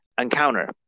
encounter